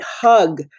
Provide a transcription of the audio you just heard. hug